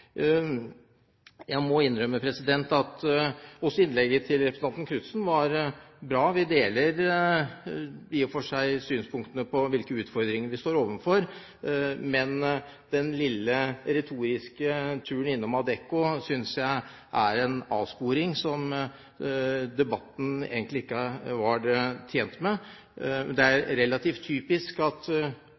Jeg må innrømme at også innlegget til representanten Tove Karoline Knutsen var bra. Vi deler i og for seg synspunktene om hvilke utfordringer vi står overfor, men den lille retoriske turen innom Adecco synes jeg er en avsporing som debatten egentlig ikke var tjent med. Det er relativt typisk at